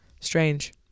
Strange